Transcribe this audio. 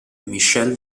michel